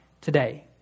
today